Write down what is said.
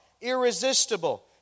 irresistible